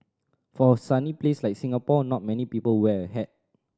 for a sunny place like Singapore not many people wear a hat